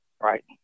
Right